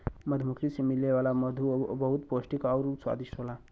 मधुमक्खी से मिले वाला मधु बहुते पौष्टिक आउर स्वादिष्ट होला